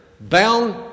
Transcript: bound